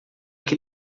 que